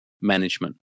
management